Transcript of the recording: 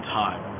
time